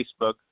Facebook